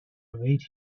await